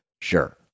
sure